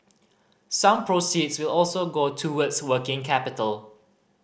some proceeds will also go towards working capital